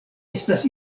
estas